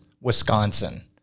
Wisconsin